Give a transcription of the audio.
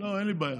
לא, אין לי בעיה.